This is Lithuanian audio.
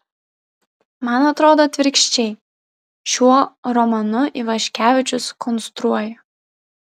man atrodo atvirkščiai šiuo romanu ivaškevičius konstruoja